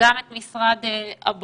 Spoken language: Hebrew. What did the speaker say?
וגם את משרד הבריאות.